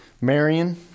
Marion